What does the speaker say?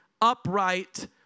upright